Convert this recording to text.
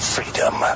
Freedom